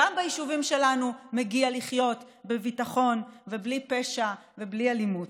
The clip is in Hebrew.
גם ביישובים שלנו מגיע לחיות בביטחון ובלי פשע ובלי אלימות.